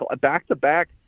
back-to-back